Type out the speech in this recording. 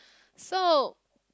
so